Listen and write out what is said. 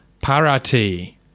Parati